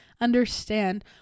understand